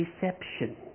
deception